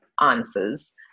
answers